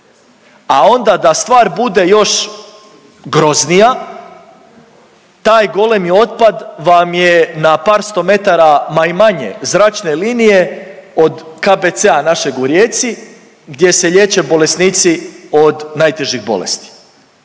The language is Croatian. A onda da stvar bude još groznija, taj golemi otpad vam je na par sto metara, ma i manje, zračne linije od KBC-a našeg u Rijeci gdje se liječe bolnici od najtežih bolesti